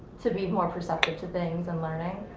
to be more perceptive to things and learning?